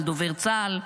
על דובר צה"ל,